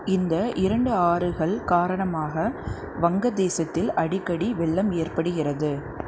இந்த இரண்டு ஆறுகள் காரணமாக வங்கதேசத்தில் அடிக்கடி வெள்ளம் ஏற்படுகிறது